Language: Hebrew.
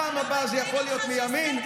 בפעם הבאה זה יכול להיות מימין,